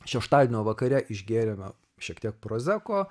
šeštadienio vakare išgėrėme šiek tiek prozeko